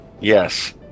Yes